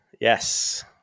Yes